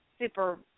super